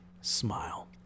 smile